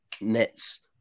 Nets